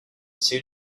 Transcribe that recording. soon